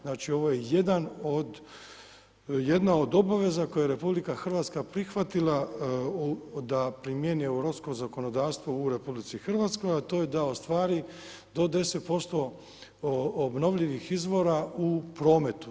Znači, ovo je jedan od, jedna od obaveza koje je RH prihvatili da primjeni europsko zakonodavstvo u RH, a to je da ostvari do 10% obnovljivih izvora u prometu.